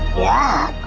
yeah,